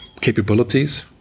capabilities